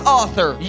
author